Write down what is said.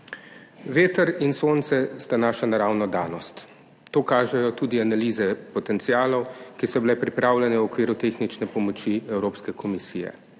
Veter in sonce sta naša naravna danost, to kažejo tudi analize potencialov, ki so bile pripravljene v okviru tehnične pomoči Evropske komisije,